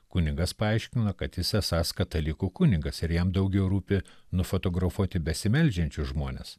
kunigas paaiškino kad jis esąs katalikų kunigas ir jam daugiau rūpi nufotografuoti besimeldžiančius žmones